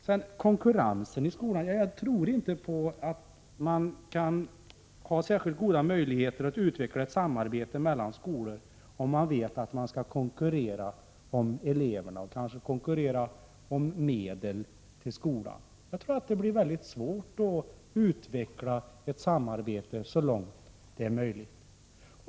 När det gäller konkurrensen i skolan vill jag säga att jag inte tror att man har särskilt goda möjligheter att utveckla ett samarbete mellan skolor om man vet att man skall konkurrera om eleverna och kanske även om medel till skolan. Jag tror att det då blir svårt att utveckla ett samarbete så långt det är möjligt.